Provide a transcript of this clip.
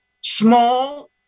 small